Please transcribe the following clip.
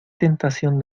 tentación